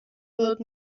wird